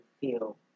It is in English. feel